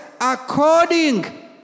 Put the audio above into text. according